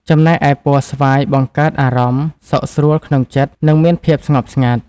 ចំណែកឯពណ៌ស្វាយបង្កើតអារម្មណ៍សុខស្រួលក្នុងចិត្ត និងមានភាពស្ងប់ស្ងាត់។